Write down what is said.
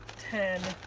ten,